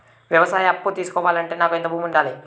వ్యవసాయ అప్పు తీసుకోవాలంటే నాకు ఎంత భూమి ఉండాలి?